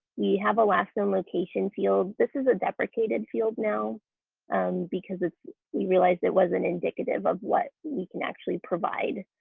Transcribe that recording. we have a last known location field. this is a deprecated field now because we realized it wasn't indicative of what we can actually provide